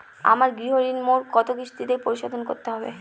আমার গৃহঋণ মোট কত কিস্তিতে পরিশোধ করতে হবে?